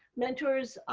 mentors